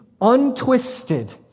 untwisted